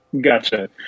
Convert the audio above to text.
Gotcha